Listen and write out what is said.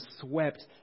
swept